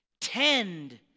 tend